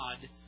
God